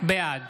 בעד